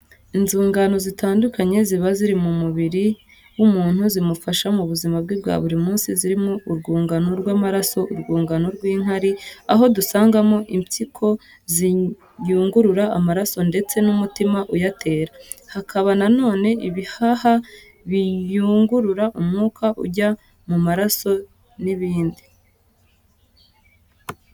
Inzungano zitandukanye ziba mu mubiri w'umuntu zimufasha mu buzima bwe bwa buri munsi zirimo urwungano rw'amaraso, urwungano rw'inkari aho dusangamo impiko ziyungurura amaraso ndetse n'umutima uyatera, hakaba na none ibihaha biyungurura umwuka ujya mu maraso n'ibindi.